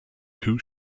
who